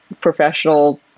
professional